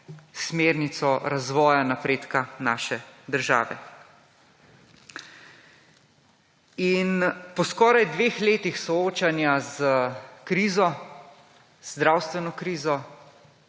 smernico razvoja, napredka naše države. In po skoraj 2 letih soočanja s krizo, zdravstveno krizo